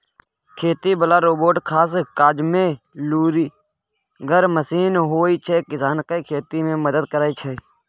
खेती बला रोबोट खास काजमे लुरिगर मशीन होइ छै किसानकेँ खेती मे मदद करय छै